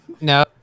No